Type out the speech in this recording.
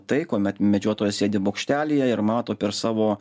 tai kuomet medžiotojas sėdi bokštelyje ir mato per savo